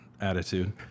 attitude